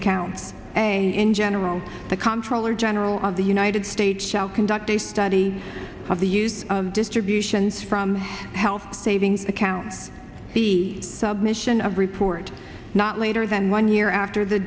accounts and in general the comptroller general of the united states shall conduct a study of the use distributions from health savings account the mission of report not later than one year after the